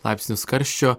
laipsnius karščio